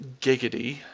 Giggity